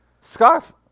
scarf